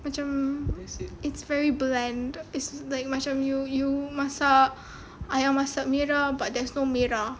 macam it's very bland it's like macam you you masak ayam masak merah but there's no merah